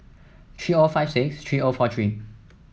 three O five six three O four three